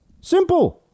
Simple